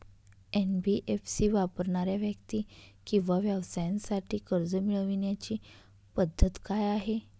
NBFC वापरणाऱ्या व्यक्ती किंवा व्यवसायांसाठी कर्ज मिळविण्याची पद्धत काय आहे?